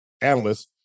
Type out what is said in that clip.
analysts